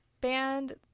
band